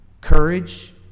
courage